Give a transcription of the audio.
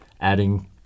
adding